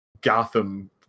Gotham